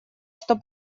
что